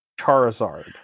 Charizard